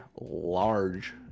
large